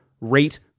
rate